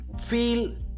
feel